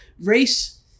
race